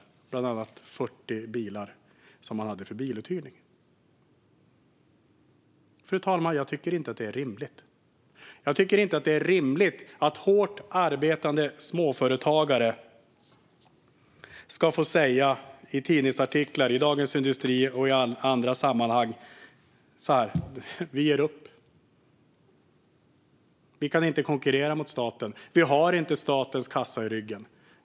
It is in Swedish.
Det handlar bland annat om 40 bilar som han hade för biluthyrning. Fru talman! Jag tycker inte att detta är rimligt. Jag tycker inte att det är rimligt att hårt arbetande småföretagare ska behöva säga i tidningsartiklar i Dagens industri och i andra sammanhang: Vi ger upp. Vi kan inte konkurrera med staten. Vi har inte statens kassa i ryggen.